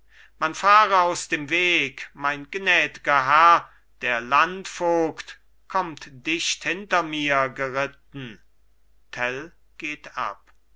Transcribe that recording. man fahre aus dem weg mein gnäd'ger herr der landvogt kommt dicht hinter mir geritten tell geht ab